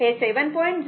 म्हणून हे 7